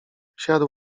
siadł